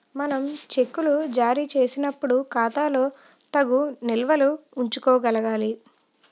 మనం చెక్కులు జారీ చేసినప్పుడు ఖాతాలో తగు నిల్వలు ఉంచుకోగలగాలి